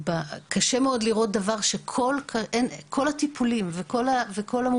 קשה מאוד לראות דבר כזה שכל הטיפולים וכל המומחים,